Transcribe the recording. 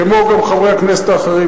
כמו גם חברי הכנסת האחרים,